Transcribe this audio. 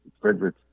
Frederick